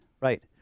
right